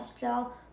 Gel